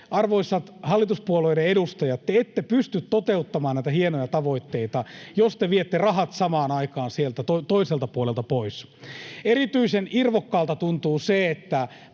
Arvoisat hallituspuolueiden edustajat, te ette pysty toteuttamaan näitä hienoja tavoitteita, jos te viette rahat samaan aikaan sieltä toiselta puolelta pois. Erityisen irvokkaalta tuntuu se, että